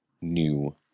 new